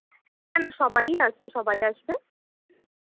না না সবাই আসবে সবাই আসবে হ্যাঁ